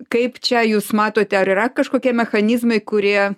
kaip čia jūs matote ar yra kažkokie mechanizmai kurie